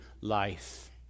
life